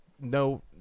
no